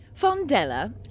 Fondella